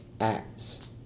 acts